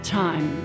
time